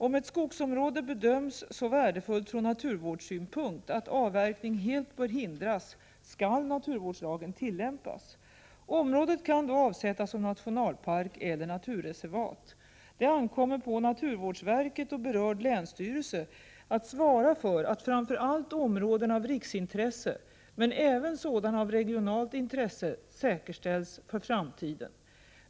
Om ett skogsområde bedöms så värdefullt från naturvårdssynpunkt att avverkning helt bör hindras, skall naturvårdslagen tillämpas. Området kan då avsättas som nationalpark eller naturreservat. Det ankommer på naturvårdsverket och berörd länsstyrelse att svara för att framför allt områden av riksintresse men även sådana av regionalt intresse säkerställs för framtiden.